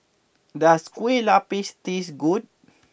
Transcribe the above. does Kueh Lupis tastes good